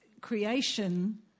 creation